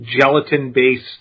gelatin-based